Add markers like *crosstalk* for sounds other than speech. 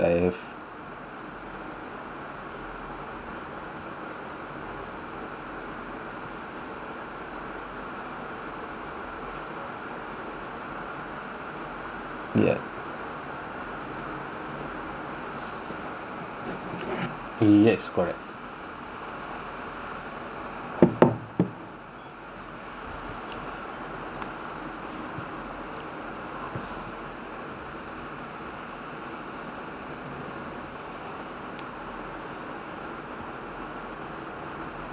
ya yes correct *noise*